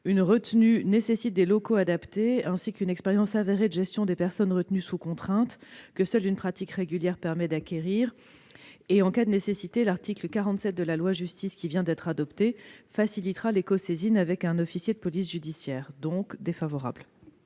Une retenue requiert des locaux adaptés, ainsi qu'une expérience avérée de gestion des personnes placées sous une telle contrainte que seule une pratique régulière permet d'acquérir. En cas de nécessité, l'article 47 de la loi Justice, qui vient d'être promulguée, facilitera les cosaisines avec un officier de police judiciaire. L'avis